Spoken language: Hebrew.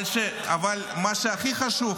אבל הכי חשוב,